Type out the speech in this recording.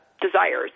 desires